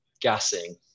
gassing